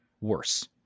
worse